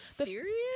serious